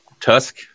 Tusk